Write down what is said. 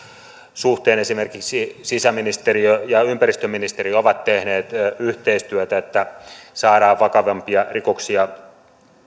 rikoslaissa ja sen suhteen esimerkiksi sisäministeriö ja ympäristöministeriö ovat tehneet yhteistyötä että saadaan vakavampia rikoksia